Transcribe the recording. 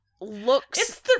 looks